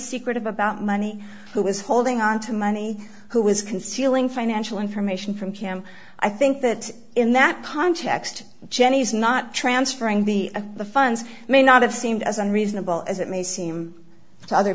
secretive about money who was holding on to money who was concealing financial information from him i think that in that context jenny's not transferring the of the funds may not have seemed as unreasonable as it may seem to other